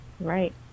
Right